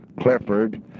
Clifford